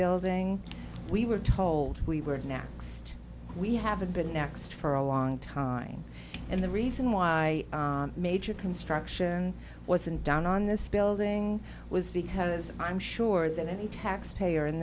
building we were told we were next we haven't been next for a long time and the reason why major construction wasn't done on this building was because i'm sure that any taxpayer in